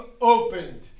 opened